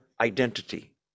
identity